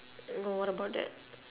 mm what about that